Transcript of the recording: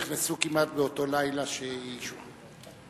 נכנסו כמעט באותו לילה שהיא שוחררה,